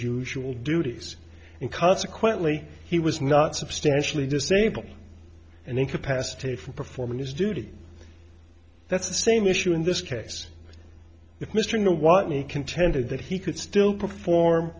usual duties and consequently he was not substantially disabled and incapacitated from performing his duty that's the same issue in this case mr know what me contended that he could still perform